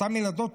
אותן ילדות,